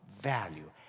value